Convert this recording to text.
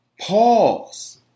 Pause